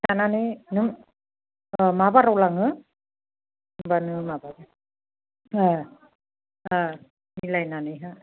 लानानै नों मा बाराव लाङो होनबानो माबा मिलायनानैहा